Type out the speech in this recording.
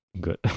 good